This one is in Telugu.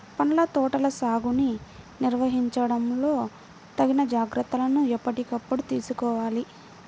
పండ్ల తోటల సాగుని నిర్వహించడంలో తగిన జాగ్రత్తలను ఎప్పటికప్పుడు తీసుకోవాలి